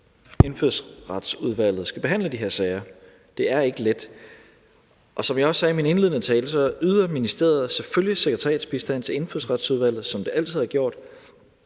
Indfødsretsudvalget skal behandle de her sager. Det er ikke let. Og som jeg også sagde i min indledende tale, yder ministeriet selvfølgelig sekretariatsbistand til Indfødsretsudvalget, som det altid har gjort,